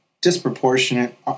disproportionate